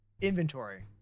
inventory